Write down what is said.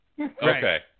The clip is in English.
Okay